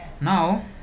Now